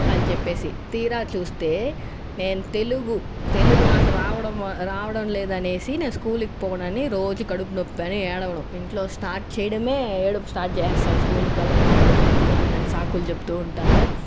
అని చెప్పి తీరా చూస్తే నేను తెలుగు తెలుగు నాకు రావడం రావడం లేదని నేను స్కూల్కి పోనని రోజు కడుపునొప్పి అని ఏడవడం ఇంట్లో స్టార్ట్ చేయడం ఏడుపు స్టార్ట్ చేస్తాను నేను స్కూల్కి వెళ్ళాను నాకు కడుపు నొప్పిగా ఉందని సాకులు చెప్తు ఉంటాను